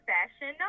Fashion